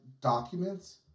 documents